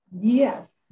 Yes